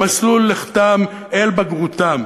במסלול לכתם אל בגרותם,